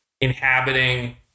inhabiting